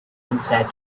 inside